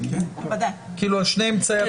על השני האמצעים.